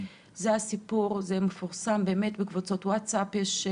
זה מפורסם בקבוצות ווטסאפ.